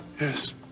Yes